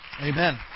Amen